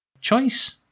choice